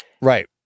Right